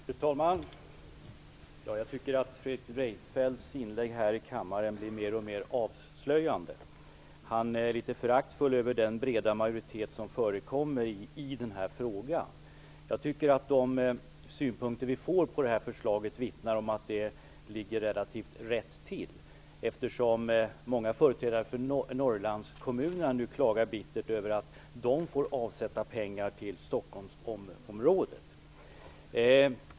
Fru talman! Jag tycker att Fredrik Reinfeldts inlägg här i kammaren blir mer och mer avslöjande. Han är litet föraktfull över den breda majoritet som förekommer i den här frågan. Jag tycker att de synpunkter vi får på det här förslaget vittnar om att det ligger relativt rätt, eftersom många företrädare för Norrlandskommunerna nu klagar bittert över att de får avsätta pengar till Stockholmsområdet.